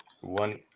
one